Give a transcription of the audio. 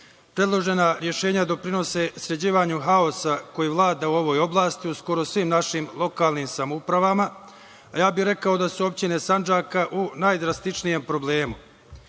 rešenja doprinose sređivanju haosa koji vlada u ovoj oblasti u skoro svim našim lokalnim samoupravama, a ja bih rekao da su opštine Sandžaka u najdrastičnijem problemu. Taj